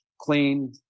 clean